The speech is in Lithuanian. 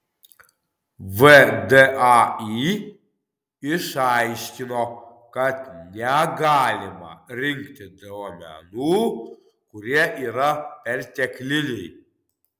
vdai išaiškino kad negalima rinkti duomenų kurie yra pertekliniai